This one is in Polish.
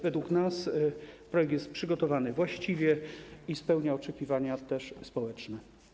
Według nas projekt jest przygotowany właściwie i spełnia też oczekiwania społeczne.